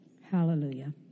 Hallelujah